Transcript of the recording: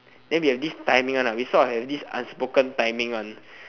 then we have this timing one lah we sort have this unspoken timing one